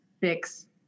fix